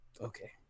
Okay